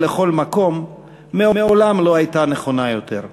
לכל מקום מעולם לא הייתה נכונה יותר.